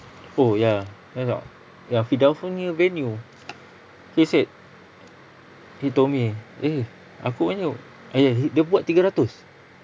oh ya know not yang firdaus punya venue he said he told me eh aku venue yes dia buat tiga ratus